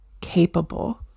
capable